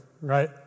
right